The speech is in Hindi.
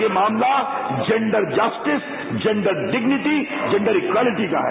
ये मामला gender justice gender dignity gender equality का है